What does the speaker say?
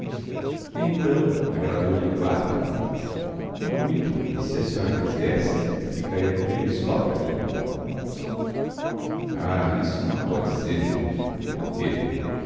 então agradou-lhe o quarto muito e se a senhora quisesse eu ficaria com ele só para mim ah isso não pode ser por quê